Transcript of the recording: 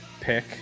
pick